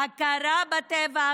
הכרה בטבח,